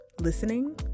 listening